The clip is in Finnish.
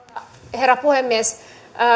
herra puhemies